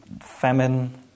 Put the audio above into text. famine